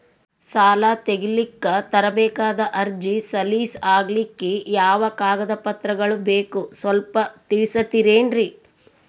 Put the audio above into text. ಸಾಲ ತೆಗಿಲಿಕ್ಕ ತರಬೇಕಾದ ಅರ್ಜಿ ಸಲೀಸ್ ಆಗ್ಲಿಕ್ಕಿ ಯಾವ ಕಾಗದ ಪತ್ರಗಳು ಬೇಕು ಸ್ವಲ್ಪ ತಿಳಿಸತಿರೆನ್ರಿ?